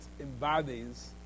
embodies